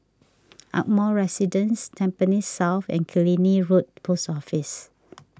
Ardmore Residence Tampines South and Killiney Road Post Office